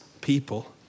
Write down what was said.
people